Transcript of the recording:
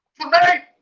Tonight